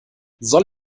soll